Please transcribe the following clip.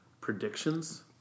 predictions